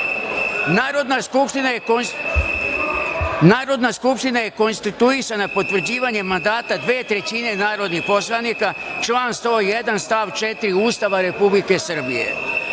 skupština je konstituisana potvrđivanjem mandata dve trećine narodnih poslanika (član 101. stav 4. Ustava Republike